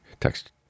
text